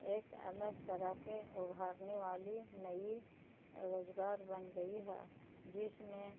ایک الگ طرح کے ابارنے والی نئی روزگار بن گئی ہے جس میں